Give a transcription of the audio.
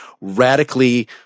radically